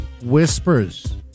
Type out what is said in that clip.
whispers